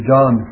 John